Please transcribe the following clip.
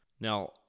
Now